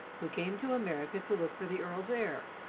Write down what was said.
who came to america to look for the earl's heir.